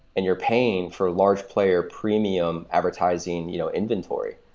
and you're paying for large player premium advertising you know inventory,